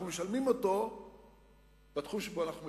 אנחנו משלמים אותו בתחום שבו אנחנו מדברים.